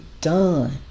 done